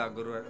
Guru